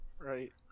Right